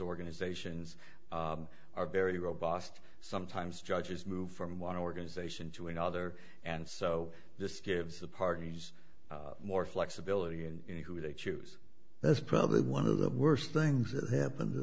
organizations are very robust sometimes judges move from one organization to another and so this gives the parties more flexibility in who they choose that's probably one of the worst things that happen